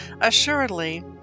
Assuredly